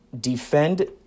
defend